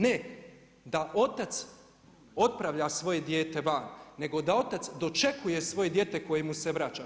Ne da otac otpravlja svoje dijete van, nego da otac dočekuje svoje dijete koje mu se vraća.